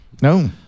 No